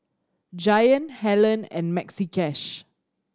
Giant Helen and Maxi Cash